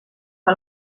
que